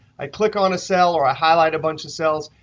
i click on a cell, or i highlight a bunch of cells,